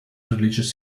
religious